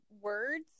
words